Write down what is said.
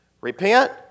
repent